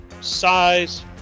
size